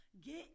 get